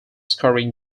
scoring